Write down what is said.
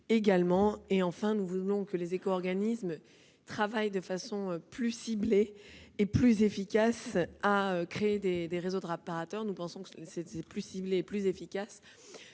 produits. Enfin, nous voulons que les éco-organismes travaillent de façon plus ciblée et plus efficace à créer des réseaux de réparateurs. Nous pensons que c'est plus ciblé et plus efficace